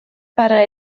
para